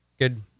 good